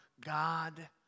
God